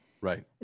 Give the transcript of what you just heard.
Right